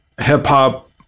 hip-hop